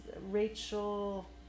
Rachel